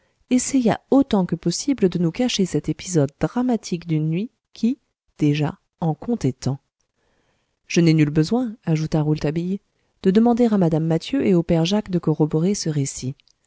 essaya autant que possible de nous cacher cet épisode dramatique d'une nuit qui déjà en comptait tant je n'ai nul besoin ajouta rouletabille de demander à mme mathieu et au père jacques de corroborer ce récit